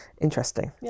interesting